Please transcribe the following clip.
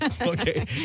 okay